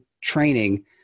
training